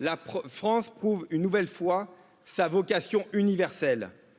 La France prouve une nouvelle fois sa vocation universelle